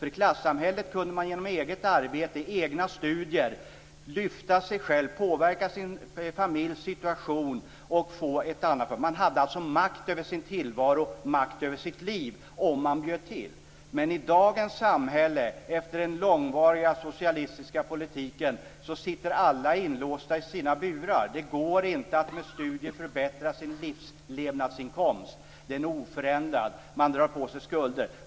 I klassamhället kunde man genom eget arbete och egna studier lyfta sig själv och påverka sin familjs situation. Man hade alltså makt över sin tillvaro och makt över sitt liv - om man bjöd till. I dagens samhälle, efter den långvariga socialistiska politiken, sitter alla inlåsta i sina burar. Det går inte att med studier förbättra sin levnadsinkomst. Den blir oförändrad. Man drar på sig skulder.